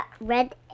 red